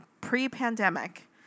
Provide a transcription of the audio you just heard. pre-pandemic